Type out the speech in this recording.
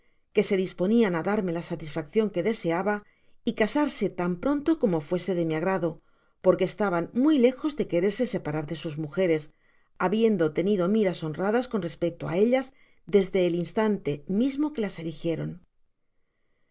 que se disponian á darme la satisfaccion que deseaba y casarse tan pronto como fuese de mi agrado porque estaban muy lejos de quererse separar de sus mujeres habiendo tenido miras honradas con respecto á ellas desde el instante mismo que las eligieron